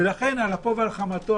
ולכן על אפו ועל חמתו.